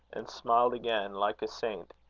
and smiled again like a saint.